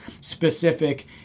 specific